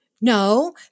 No